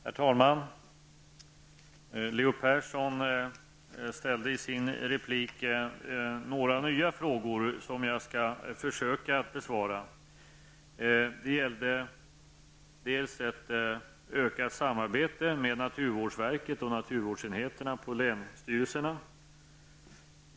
Herr talman! Leo Persson ställde i sin replik några nya frågor som jag skall försöka att besvara. Det gällde för det första ett utökat samarbete i gränsområdena mellan naturvårdsverket och naturvårdsenheterna på länsstyrelserna.